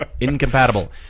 Incompatible